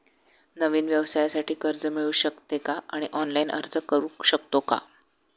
नवीन व्यवसायासाठी कर्ज मिळू शकते का आणि ऑनलाइन अर्ज करू शकतो का?